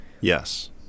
Yes